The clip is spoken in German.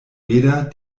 weder